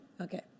Okay